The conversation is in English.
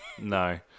No